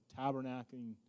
tabernacling